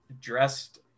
dressed